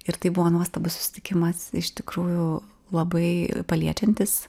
ir tai buvo nuostabus susitikimas iš tikrųjų labai paliečiantis